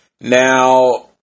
Now